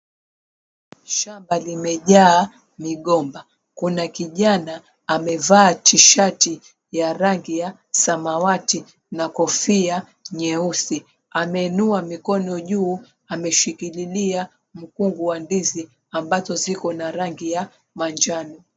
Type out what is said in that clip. Shamba limejaa migomba. Kuna kijana amevaa tishati ya rangi ya samawati na kofia nyeusi. Ameinua mikono juu, ameshikililia mgomba ya ndizi ambazo ziko na rangi ya manjano.